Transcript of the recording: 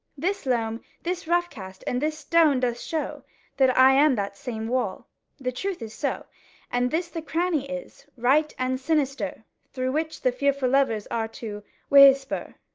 this loam, this rough-cast, and this stone, doth show that i am that same wall the truth is so and this the cranny is, right and sinister, through which the fearful lovers are to whisper.